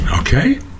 okay